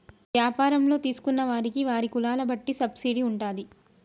వ్యాపారంలో తీసుకున్న వారికి వారి కులాల బట్టి సబ్సిడీ ఉంటాది